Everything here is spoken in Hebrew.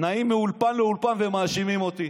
נעים מאולפן לאולפן ומאשימים אותי.